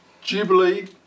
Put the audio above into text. jubilee